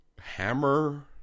hammer